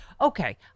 okay